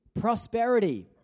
prosperity